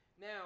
Now